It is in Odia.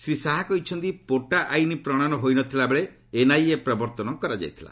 ଶ୍ରୀ ଶାହା କହିଛନ୍ତି ପୋଟା ଆଇନ୍ ପ୍ରଣୟନ ହୋଇନଥିବା ବେଳେ ଏନ୍ଆଇଏ ପ୍ରବର୍ତ୍ତନ କରାଯାଇଥିଲା